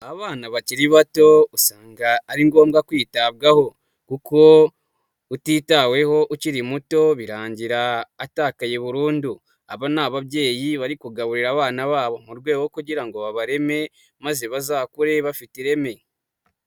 Abana bakiri bato usanga ari ngombwa kwitabwaho, kuko utitaweho ukiri muto birangira atakaye burundu. Aba ni ababyeyi bari kugaburira abana babo mu rwego rwo kugira ngo babareme maze bazakure bafite ireme.